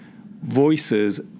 voices